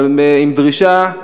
אבל עם דרישה,